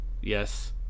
yes